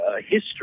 history